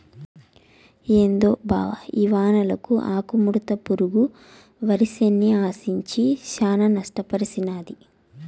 ఏందో బావ ఈ వానలకు ఆకుముడత పురుగు వరిసేన్ని ఆశించి శానా నష్టపర్సినాది